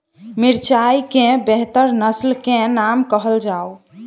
मिर्चाई केँ बेहतर नस्ल केँ नाम कहल जाउ?